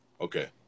okay